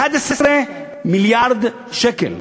11 מיליארד שקלים,